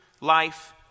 life